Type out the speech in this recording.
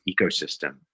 ecosystem